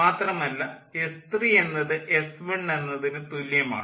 മാത്രമല്ല എസ്3 എന്നത് എസ്1 എന്നതിന് തുല്യമാണ്